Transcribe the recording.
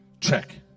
check